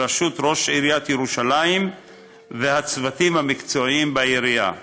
בראשות ראש עיריית ירושלים והצוותים המקצועיים בעירייה.